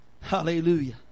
Hallelujah